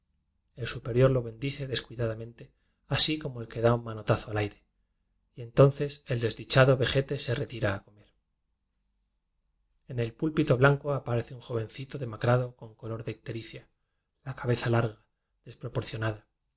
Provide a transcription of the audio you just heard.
el superior lo bendice des cuidadamente así como el que da un mano tazo al aire y entonces el desdichado vejete se retira a comer en el pulpito blanco aparece un jovenciío demacrado con color de ictericia la cabeza larga desproporcionada